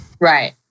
Right